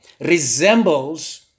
resembles